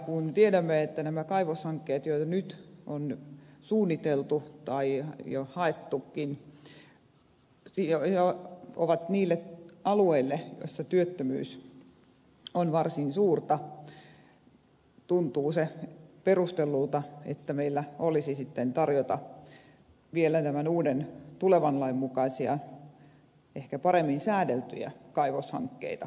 kun tiedämme että nämä kaivoshankkeet joita jo nyt on suunniteltu tai jo haettukin ovat niille alueille joilla työttömyys on varsin suurta niin tuntuu perustellulta että meillä olisi sitten tarjota vielä tämän uuden tulevan lain mukaisia ehkä paremmin säädeltyjä kaivoshankkeita